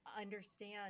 understand